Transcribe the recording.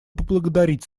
поблагодарить